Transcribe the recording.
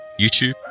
YouTube